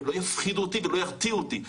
והם לא יפחידו אותי והם לא ירתיעו אותי.